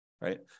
right